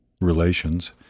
relations